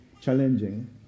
challenging